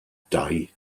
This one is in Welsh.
dau